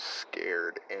scared